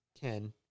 Ken